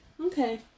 okay